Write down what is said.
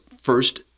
first